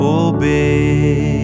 obey